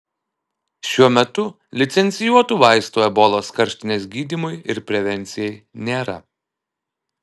šiuo metu licencijuotų vaistų ebolos karštinės gydymui ir prevencijai nėra